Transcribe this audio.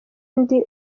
ndi